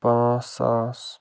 پانٛژھ ساس